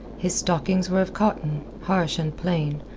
his stockings were of cotton, harsh and plain,